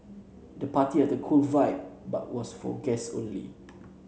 the party had a cool vibe but was for guests only